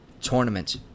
tournament